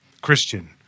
Christian